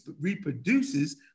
reproduces